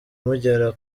mugera